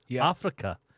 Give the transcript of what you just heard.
Africa